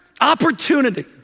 opportunity